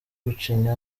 gucinya